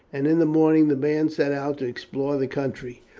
and in the morning the band set out to explore the country.